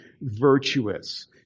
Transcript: virtuous